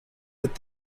but